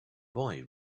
boy